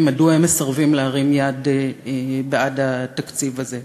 מדוע הם מסרבים להרים יד בעד התקציב הזה: